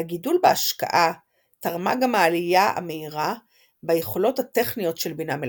לגידול בהשקעה תרמה גם העלייה מהירה ביכולות הטכניות של בינה מלאכותית.